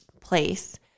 place